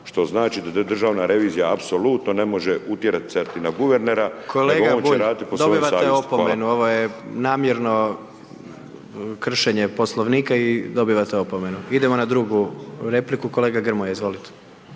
što znači da državna revizija apsolutno ne može …/nerazumljivo/… na guvernera, da on će raditi savjesti. Hvala. **Jandroković, Gordan (HDZ)** Kolega Bulj, dobivate opomenu, ovo je namjerno kršenje Poslovnika i dobivate opomenu. Idemo na drugu repliku, kolega Grmoja, izvolite.